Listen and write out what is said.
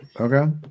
Okay